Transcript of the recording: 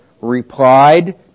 replied